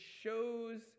shows